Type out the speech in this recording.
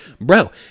bro